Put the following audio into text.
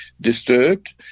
disturbed